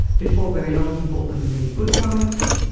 before very long he bought them really good bikes,